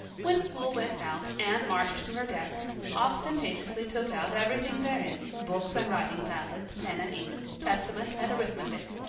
when school went out anne marched to her desk, ostentatiously took out everything therein, books and writing tablet, pen and ink, testament and arithmetic,